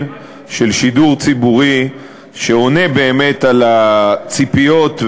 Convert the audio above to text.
של שידור ציבורי שעונה באמת על הציפיות,